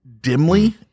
dimly